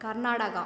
Karnataka